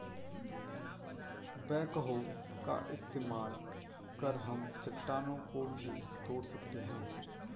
backhoe का इस्तेमाल कर हम चट्टानों को भी तोड़ सकते हैं